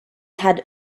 had